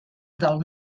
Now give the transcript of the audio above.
del